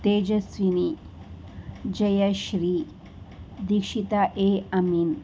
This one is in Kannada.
ತೇಜಸ್ವಿನಿ ಜಯಶ್ರೀ ದೀಕ್ಷಿತಾ ಎ ಅಮೀನ್